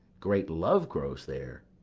great love grows there.